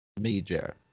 major